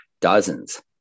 dozens